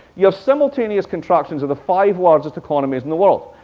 you know simultaneous contractions of the five largest economies in the world.